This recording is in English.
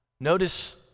Notice